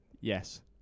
Yes